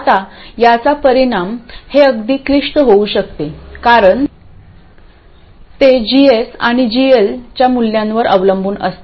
आता याचा परिणाम हे अगदी क्लिष्ट होऊ शकते कारण ते GS आणि GL च्या मूल्यांवर अवलंबून असते